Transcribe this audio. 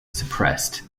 suppressed